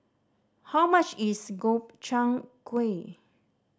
how much is Gobchang Gui